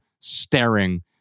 staring